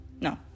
No